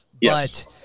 Yes